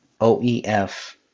OEF